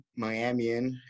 Miamian